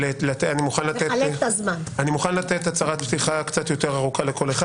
אני מוכן לתת הצהרת פתיחה קצת יותר ארוכה לכל אחד